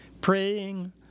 praying